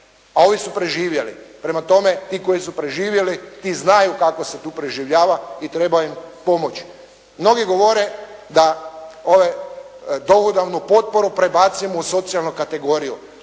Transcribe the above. a ovi su preživjeli. Prema tome, ti koji su preživjeli, ti znaju kako se tu preživljava i treba im pomoći. Mnogi govore da dohodovnu potporu prebacimo u socijalnu kategoriju.